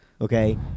okay